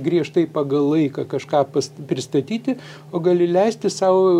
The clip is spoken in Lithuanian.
griežtai pagal laiką kažką pas pristatyti o gali leisti sau